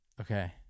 Okay